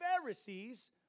Pharisees